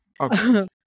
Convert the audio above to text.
Okay